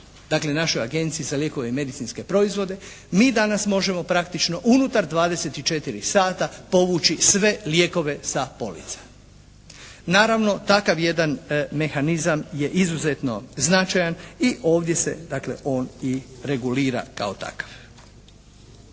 dakle našoj Agenciji za lijekove i medicinske proizvode, mi danas možemo praktično unutar 24 sata povući sve lijekove sa polica. Naravno takav jedan mehanizam je izuzetno značajan i ovdje se dakle on i regulira kao takav.